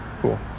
Cool